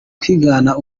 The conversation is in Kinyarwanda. kwigana